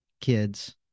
kids